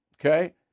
okay